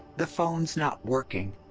the phone's not working.